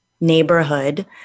neighborhood